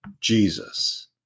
Jesus